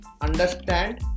understand